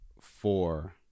four